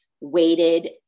weighted